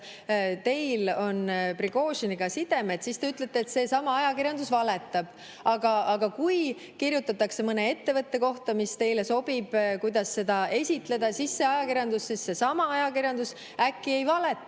teil on Prigožiniga sidemed, te ütlete, et seesama ajakirjandus valetab. Aga kui kirjutatakse mõne ettevõtte kohta, mille puhul teile sobib, kuidas seda esitletakse, siis see ajakirjandus, seesama ajakirjandus äkki ei valeta.